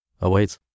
awaits